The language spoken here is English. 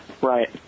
Right